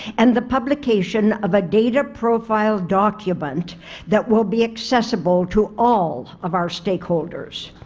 and the publication of a data profile document that will be accessible to all of our stakeholders.